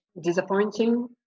disappointing